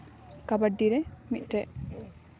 ᱠᱟᱵᱟᱰᱤ ᱨᱮ ᱢᱤᱫᱴᱮᱱ